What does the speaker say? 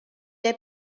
est